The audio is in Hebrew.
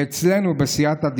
ואצלנו, בסייעתא דשמיא,